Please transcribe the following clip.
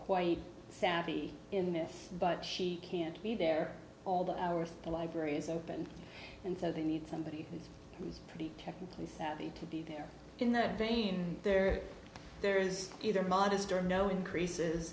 quite savvy in this but she can't be there although the library is open and so they need somebody who is pretty technically savvy to be there in that vein there there is either modest or no increases